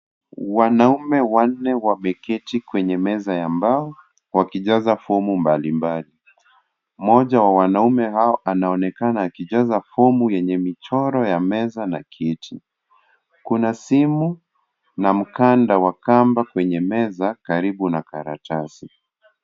Wanaume wanne wameketi kwenye meza ya mbao wakijaza fomu mbali mbali, mmoja wa wanaume hao anaonekana akijaza fomu yenye michoro ya meza na kiti, kuna simu na mkanda wa kamba kwenye meza karibu na karatasi.